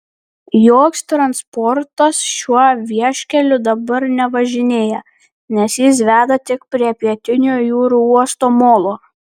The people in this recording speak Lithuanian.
joks transportas šiuo vieškeliu dabar nevažinėja nes jis veda tik prie pietinio jūrų uosto molo